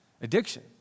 Addiction